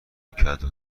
کدو